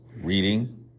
Reading